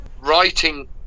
writing